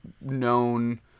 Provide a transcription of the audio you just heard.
known